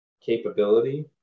capability